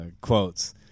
quotes